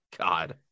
God